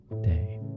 day